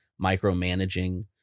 micromanaging